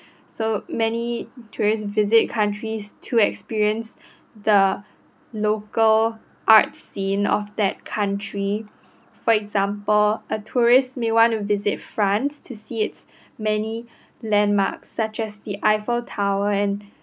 so many tourist visit countries to experience the local art scene of that country for example a tourist may want to visit france to see its many landmarks such as the eiffel tower and